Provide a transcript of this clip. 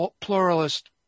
pluralist